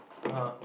(uh huh)